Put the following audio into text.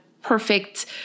perfect